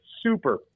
super